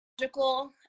logical